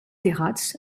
terrats